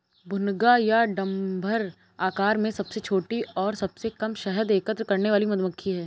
भुनगा या डम्भर आकार में सबसे छोटी और सबसे कम शहद एकत्र करने वाली मधुमक्खी है